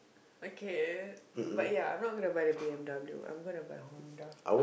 okay but ya I'm not gonna buy the b_m_w I'm gonna buy Honda